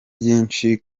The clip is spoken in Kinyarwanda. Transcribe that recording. byinshi